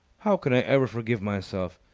how can i ever forgive myself!